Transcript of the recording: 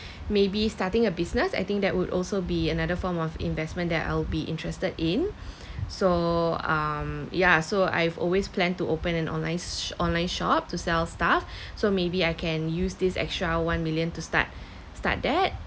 maybe starting a business I think that would also be another form of investment that I'll be interested in so um yeah so I've always planned to open an online s~ online shop to sell stuff so maybe I can use this extra one million to start start that